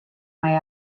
mae